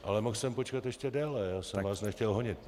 Ale mohl jsem počkat ještě déle, já jsem vás nechtěl honit.